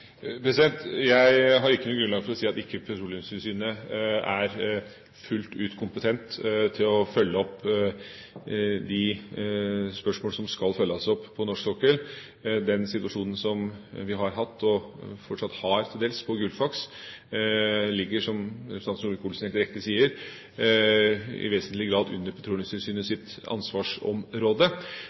Jeg har ikke noe grunnlag for å si at Petroleumstilsynet ikke er fullt ut kompetent til å følge opp de spørsmål som skal følges opp på norsk sokkel. Den situasjonen som vi har hatt, og fortsatt til dels har på Gullfaks, ligger, som representanten Solvik-Olsen helt riktig sier, i vesentlig grad under Petroleumstilsynets ansvarsområde,